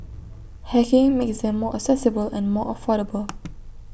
hacking makes them more accessible and more affordable